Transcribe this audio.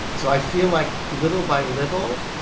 so i feel like, little by little,